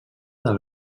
del